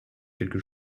quelque